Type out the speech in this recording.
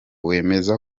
wemeza